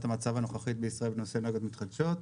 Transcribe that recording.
המצב הנוכחית בישראל בנושא אנרגיות מתחדשות,